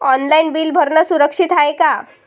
Online bill भरनं सुरक्षित हाय का?